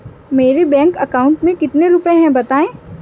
मेरे bank account में कितने रुपए हैं बताएँ?